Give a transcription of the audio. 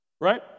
right